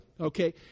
okay